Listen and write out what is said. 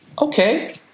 Okay